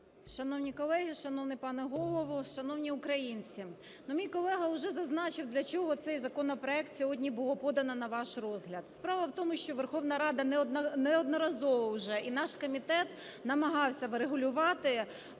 Шановні колеги, шановний пане Голово, шановні українці! Мій колега уже зазначив, для чого цей законопроект сьогодні було подано на ваш розгляд. Справа в тому, що Верховна Рада неодноразово уже і наш комітет намагався врегулювати